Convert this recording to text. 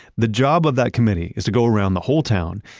the job of that committee is to go around the whole town,